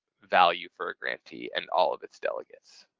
value for a grantee and all of its delegates.